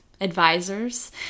Advisors